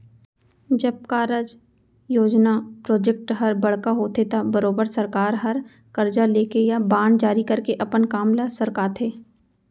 जब कारज, योजना प्रोजेक्ट हर बड़का होथे त बरोबर सरकार हर करजा लेके या बांड जारी करके अपन काम ल सरकाथे